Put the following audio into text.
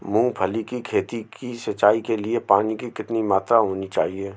मूंगफली की खेती की सिंचाई के लिए पानी की कितनी मात्रा होनी चाहिए?